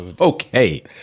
Okay